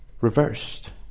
reversed